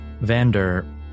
Vander